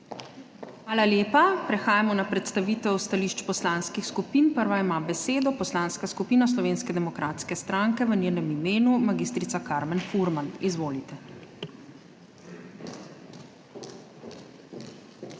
Hvala lepa. Prehajamo na predstavitev stališč poslanskih skupin. Prva ima besedo Poslanska skupina Slovenske demokratske stranke, v njenem imenu mag. Karmen Furman. Izvolite.